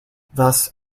thus